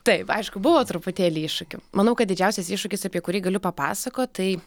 taip aišku buvo truputėlį iššūkių manau kad didžiausias iššūkis apie kurį galiu papasakot tai